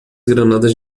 granadas